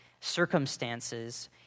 circumstances